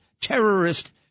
terrorist